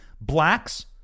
Blacks